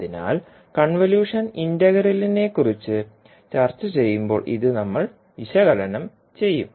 അതിനാൽ കൺവല്യൂഷൻ ഇന്റഗ്രലിനെക്കുറിച്ച് ചർച്ചചെയ്യുമ്പോൾ ഇത് നമ്മൾ വിശകലനം ചെയ്യും